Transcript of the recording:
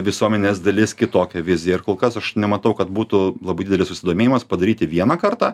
visuomenės dalis kitokią viziją ir kol kas aš nematau kad būtų labai didelis susidomėjimas padaryti vieną kartą